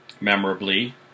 memorably